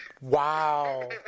Wow